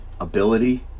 ability